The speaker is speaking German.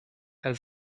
als